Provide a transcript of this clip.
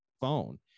phone